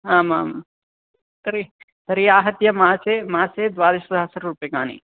आमां तर्हि तर्हि आहत्य मासे मासे द्वादशसहस्ररूप्यकाणि